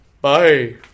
bye